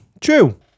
True